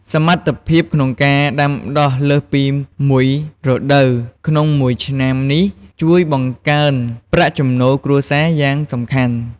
សមត្ថភាពក្នុងការដាំដុះលើសពីមួយរដូវក្នុងមួយឆ្នាំនេះ ជួយបង្កើនប្រាក់ចំណូលគ្រួសារយ៉ាងសំខាន់។